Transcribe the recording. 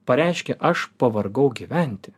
pareiškė aš pavargau gyventi